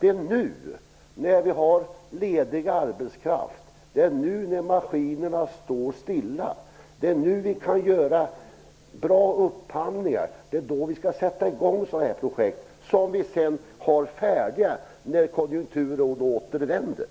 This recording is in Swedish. Det är nu när vi har ledig arbetskraft och maskinerna står stilla som vi kan göra bra upphandlingar. Det är då vi skall sätta i gång sådana här projekt så att det är färdigt när konjunkturen återvänder.